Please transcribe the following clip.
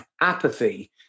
Apathy